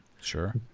Sure